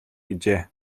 гэжээ